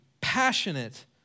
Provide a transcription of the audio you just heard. passionate